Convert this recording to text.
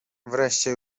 wreszcie